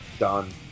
Done